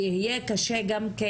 ויהיה קשה גם כן,